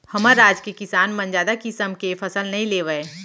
हमर राज के किसान मन जादा किसम के फसल नइ लेवय